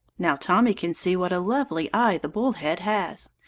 now tommy can see what a lovely eye the bull-head has,